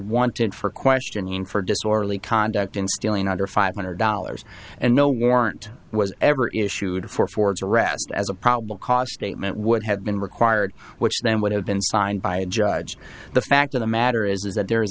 wanted for questioning for disorderly conduct in stealing under five hundred dollars and no warrant was ever issued for ford's arrest as a probable cause statement would have been required which then would have been signed by a judge the fact of the matter is is that there is